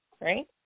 right